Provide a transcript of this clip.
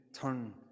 turn